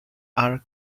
are